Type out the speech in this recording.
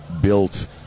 built